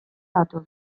datoz